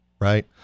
right